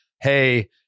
hey